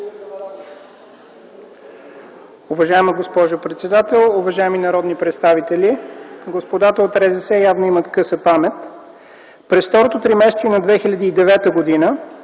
Уважаема госпожо председател, уважаеми народни представители! Господата от РЗС явно имат къса памет. През второто тримесечие на 2009 г.